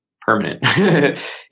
permanent